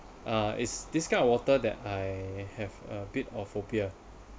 uh is this kind of water that I have a bit of phobia